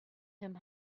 him